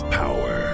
power